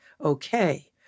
Okay